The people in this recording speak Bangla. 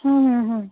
হুম হুম